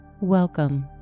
Welcome